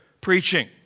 preaching